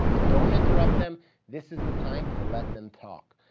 don't interrupt them this is the time to let them talk.